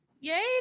Yay